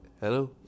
Hello